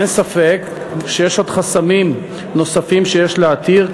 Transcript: אין ספק שיש עוד חסמים שיש להתיר,